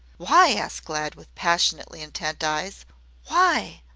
why? asked glad, with passionately intent eyes why?